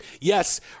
Yes